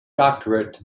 doctorate